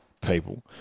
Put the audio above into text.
people